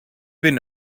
been